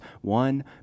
one